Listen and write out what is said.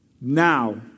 now